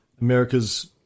America's